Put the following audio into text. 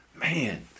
Man